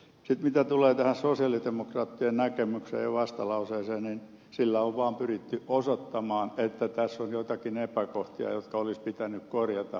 sitten mitä tulee tähän sosialidemokraattien näkemykseen ja vastalauseeseen niin sillä on vaan pyritty osoittamaan että tässä on joitakin epäkohtia jotka olisi pitänyt korjata